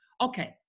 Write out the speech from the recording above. Okay